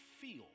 feel